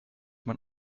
man